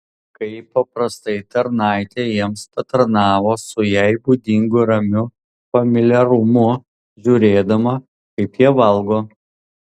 kaip paprastai tarnaitė jiems patarnavo su jai būdingu ramiu familiarumu žiūrėdama kaip jie valgo